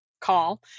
call